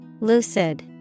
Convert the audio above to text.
Lucid